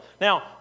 Now